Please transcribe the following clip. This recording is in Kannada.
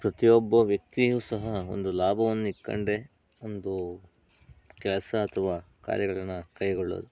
ಪ್ರತಿಯೊಬ್ಬ ವ್ಯಕ್ತಿಯೂ ಸಹ ಒಂದು ಲಾಭವನ್ನಿಟ್ಕೊಂಡೆ ಒಂದೂ ಕೆಲಸ ಅಥವಾ ಕಾರ್ಯಗಳನ್ನ ಕೈಗೊಳ್ಳೋದು